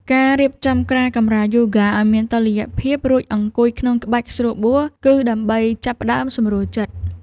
ការរៀបចំក្រាលកម្រាលយូហ្គាឱ្យមានតុល្យភាព រួចអង្គុយក្នុងក្បាច់ស្រួលបួល គឺដើម្បីចាប់ផ្ដើមសម្រួលចិត្ត។